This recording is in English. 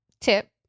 Tip